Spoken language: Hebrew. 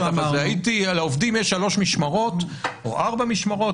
לעובדים יש שלוש או ארבע משמרות,